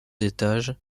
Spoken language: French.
étages